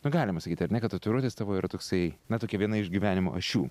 nu galima sakyt ar ne kad tatuiruotės tavo yra toksai na tokia viena iš gyvenimo ašių